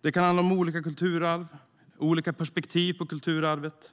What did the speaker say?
Det kan handla om olika kulturarv eller olika perspektiv på kulturarvet,